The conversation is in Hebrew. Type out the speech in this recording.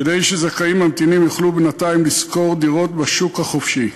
כדי שזכאים ממתינים יוכלו בינתיים לשכור דירות בשוק החופשי.